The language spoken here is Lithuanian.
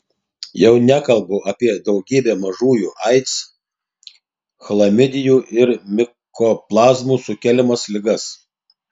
jau nekalbu apie daugybę mažųjų aids chlamidijų ir mikoplazmų sukeliamas ligas